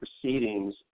proceedings